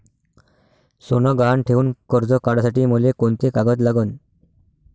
सोनं गहान ठेऊन कर्ज काढासाठी मले कोंते कागद लागन?